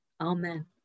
Amen